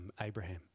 Abraham